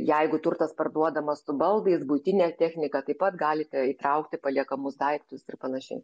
jeigu turtas parduodamas su baldais buitine technika taip pat galite įtraukti paliekamus daiktus ir panašiai